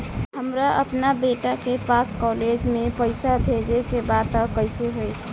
हमरा अपना बेटा के पास कॉलेज में पइसा बेजे के बा त कइसे होई?